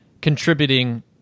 contributing